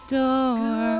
door